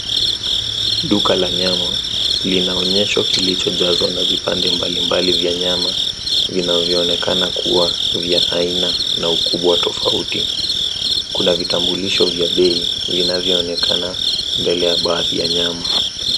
Duka la nyama linaonyesha kilichojazwa na vipande mbalimbali ya nyama vinavyoonekana kuwa vya aina na ukubwa tofauti. Kuna vitambulisho vya bei vinavyoonekana mbele ya baadhi ya nyama.